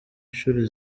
inshuro